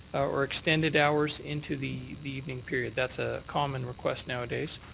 or extended hours into the the evening period. that's a common request nowadays.